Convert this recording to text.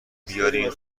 بیارین